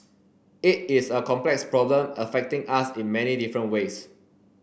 it is a complex problem affecting us in many different ways